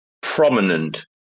prominent